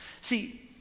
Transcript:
See